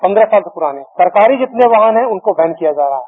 पन्द्रह साल से पुराने सरकारी जितने वाहन हैं उनको बैन किया जा रहा है